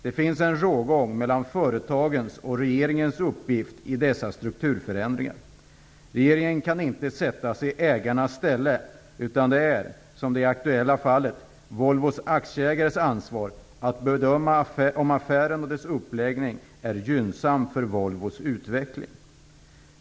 Det finns en rågång mellan företagens och regeringens uppgift i dessa strukturförändringar. Regeringen kan inte sätta sig i ägarnas ställe, utan det är, som i det här aktuella fallet, Volvos aktieägares ansvar att bedöma om affären och dess uppläggning är gynnsam för Volvos utveckling.